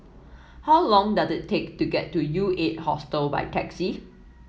how long does it take to get to U Eight Hostel by taxi